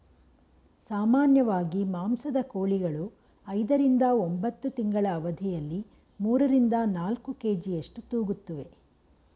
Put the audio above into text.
ಸಾಮಾನ್ಯವಾಗಿ ಮಾಂಸದ ಕೋಳಿಗಳು ಐದರಿಂದ ಒಂಬತ್ತು ತಿಂಗಳ ಅವಧಿಯಲ್ಲಿ ಮೂರರಿಂದ ನಾಲ್ಕು ಕೆ.ಜಿಯಷ್ಟು ತೂಗುತ್ತುವೆ